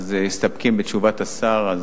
אז מסתפקים בתשובת השר.